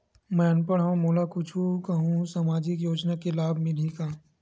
मैं अनपढ़ हाव मोला कुछ कहूं सामाजिक योजना के लाभ मिलही का?